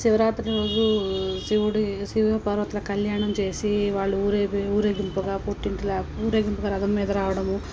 శివరాత్రి రోజు శివుడు శివపార్వతుల కళ్యాణం చేసి వాళ్ళు ఊరేగింపుగా పుట్టింటిలా ఊరేగింపుగా రథం మీద రావడము